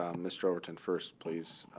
um mr. overton first, please.